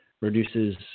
reduces